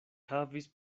havis